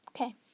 Okay